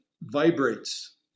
vibrates